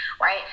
right